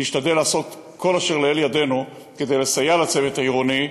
נשתדל לעשות כל אשר לאל ידנו כדי לסייע לצוות העירוני,